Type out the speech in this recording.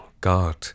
God